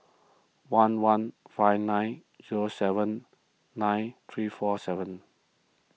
one one five nine zero seven nine three four seven